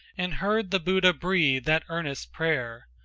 and heard the buddha breathe that earnest prayer,